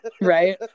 Right